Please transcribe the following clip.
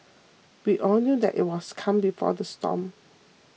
we all knew that it was the calm before the storm